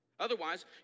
Otherwise